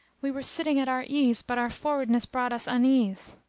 we were sitting at our ease but our frowardness brought us unease!